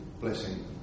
Blessing